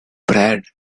bread